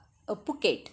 Phuket